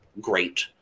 great